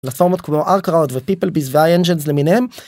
פלטפורמות כמו ארכראות ופיפלביס והיינג'נז למיניהם.